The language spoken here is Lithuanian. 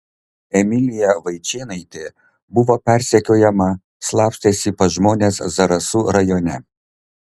emilija vaičėnaitė buvo persekiojama slapstėsi pas žmones zarasų rajone